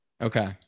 okay